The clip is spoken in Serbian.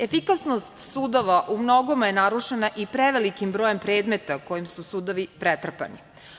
Efikasnost sudova u mnogome je narušena i prevelikim brojem predmeta kojim su sudovi prenatrpani.